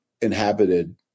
inhabited